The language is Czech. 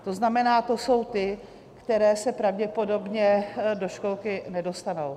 To znamená, to jsou ty, které se pravděpodobně do školky nedostanou.